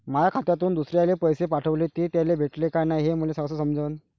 माया खात्यातून दुसऱ्याले पैसे पाठवले, ते त्याले भेटले का नाय हे मले कस समजन?